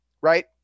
right